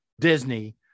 Disney